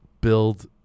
build